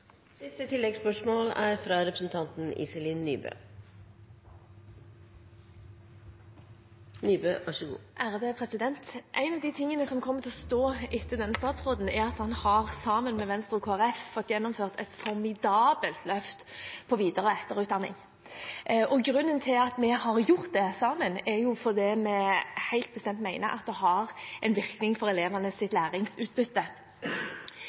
En av de tingene som kommer til å stå etter denne statsråden, er at han, sammen med Venstre og Kristelig Folkeparti, har gjennomført et formidabelt løft på videre- og etterutdanning. Grunnen til at vi har gjort det sammen, er at vi mener helt bestemt at det har virkning